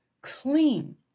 clean